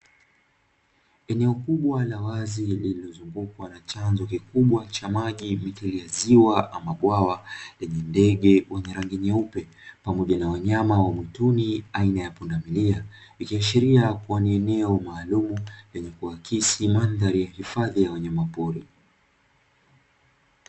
Eneo kubwa la wazi lililozungukwa na chanzo kikubwa cha maji mithili ya ziwa ama bwawa, lenye ndege yenye rangi nyeupe pamoja na wanyama wa mwituni aina ya pundamilia, ikiashiria kubwa ni eneo maalumu lenye kuakisi mandhari ya hifadhi ya wanyama pori.